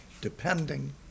depending